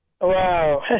Wow